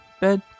bed